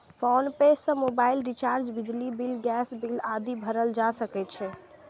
PhonePe सं mobile recharge, बिजली bill, gas bill आदि भरल जा सकै छै